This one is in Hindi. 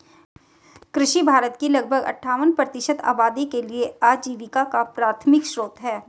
कृषि भारत की लगभग अट्ठावन प्रतिशत आबादी के लिए आजीविका का प्राथमिक स्रोत है